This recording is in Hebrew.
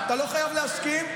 אתה לא חייב להסכים,